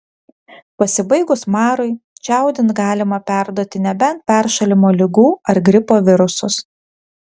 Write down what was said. pasibaigus marui čiaudint galima perduoti nebent peršalimo ligų ar gripo virusus